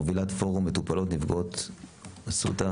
מובילת פורום מטופלות ונפגעות אסותא.